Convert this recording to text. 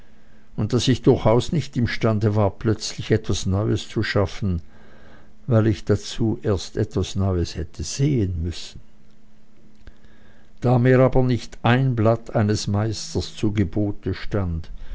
und daß ich durchaus nicht imstande war plötzlich etwas neues zu schaffen weil ich dazu erst etwas neues hätte sehen müssen da mir aber nicht ein blatt eines meisters zu gebote stand